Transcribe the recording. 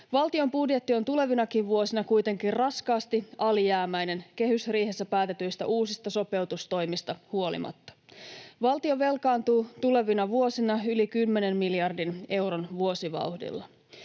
Valtion budjetti on tulevinakin vuosina kuitenkin raskaasti alijäämäinen kehysriihessä päätetyistä uusista sopeutustoimista huolimatta. Valtio velkaantuu tulevina vuosina yli 10 miljardin euron vuosivauhdilla.